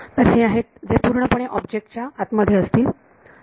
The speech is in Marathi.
तर हे आहेत जे पूर्णपणे ऑब्जेक्ट च्या आत मध्ये असतील